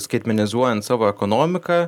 skaitmenizuojant savo ekonomiką